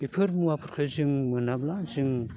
बेफोर मुवाफोरखो जों मोनाब्ला जों